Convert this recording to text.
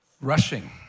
rushing